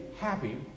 happy